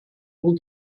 will